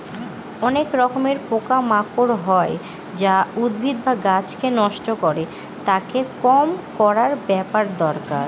অনেক রকমের পোকা মাকড় হয় যা উদ্ভিদ বা গাছকে নষ্ট করে, তাকে কম করার ব্যাপার দরকার